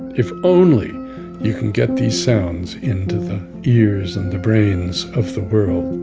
if only you can get these sounds into the ears and the brains of the world,